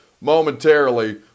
momentarily